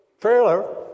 trailer